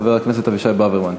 חבר הכנסת אבישי ברוורמן.